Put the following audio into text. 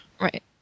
Right